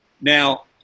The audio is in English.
Now